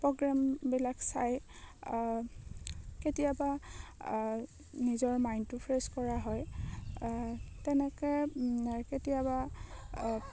প্ৰগ্ৰেমবিলাক চাই কেতিয়াবা নিজৰ মাইণ্ডটো ফ্ৰেছ কৰা হয় তেনেকৈ কেতিয়াবা